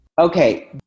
Okay